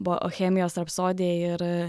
bohemijos rapsodiją ir